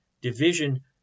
division